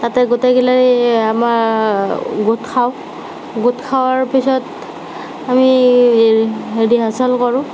তাতে গোটেইগিলাৰে আমাৰ গোট খাওঁ গোট খোৱাৰ পিছত আমি ৰিহাৰ্চেল কৰোঁ